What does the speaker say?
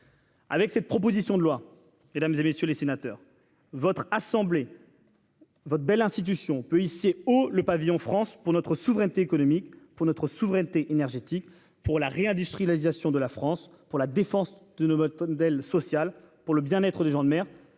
Avec cette proposition de loi, mesdames, messieurs les sénateurs, votre assemblée, votre belle institution, peut hisser haut le pavillon de la France pour notre souveraineté économique, pour notre souveraineté énergétique, pour la réindustrialisation de notre pays, pour la défense de notre modèle social, pour le bien-être des gens de mer,